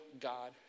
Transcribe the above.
God